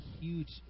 huge